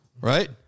Right